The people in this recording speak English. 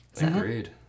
Agreed